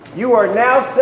you are now